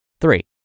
Three